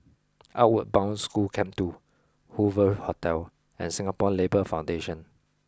Outward Bound School Camp two Hoover Hotel and Singapore Labour Foundation